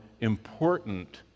important